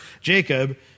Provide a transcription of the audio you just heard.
Jacob